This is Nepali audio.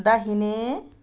दाहिने